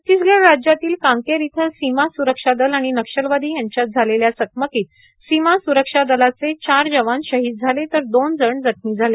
छत्तीसगड राज्यातील कांकेर इथं सीमा सुरक्षादल आणि नक्षलवादी यांच्यात झालेल्या चकमकीत सीमा सुरक्षादलाचे चार जवान शहीद झाले तर दोन जण जखमी झाले